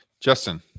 Justin